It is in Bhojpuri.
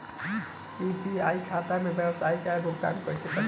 हम यू.पी.आई खाता से व्यावसाय के भुगतान कइसे करि?